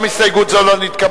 גם הסתייגות זו לא נתקבלה.